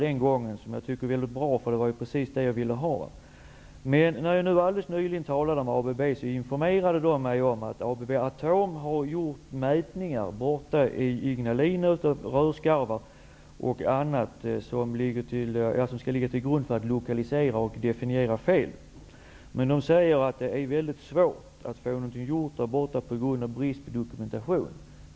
Det var precis en sådan redogörelse som jag ville ha. Men när jag alldeles nyligen talade med ABB blev jag informerad om att ABB Atom i Ignalina har gjort mätningar av rörskarvar och annat för att få en grund för att kunna lokalisera fel. Man säger emellertid att det på grund av brist på dokumentation är svårt att få någonting gjort i Ignalina.